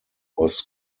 was